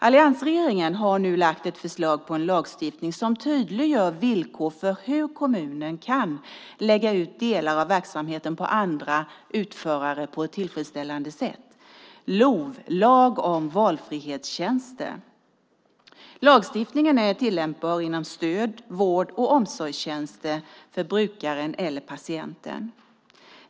Alliansregeringen har nu lagt fram ett förslag om en lagstiftning som tydliggör villkoren för hur kommunen på ett tillfredsställande sätt kan lägga ut delar av verksamheten på andra utförare - lagen om valfrihetstjänster, LOV. Lagstiftningen är tillämpbar inom stöd-, vård och omsorgstjänster till brukaren, patienten.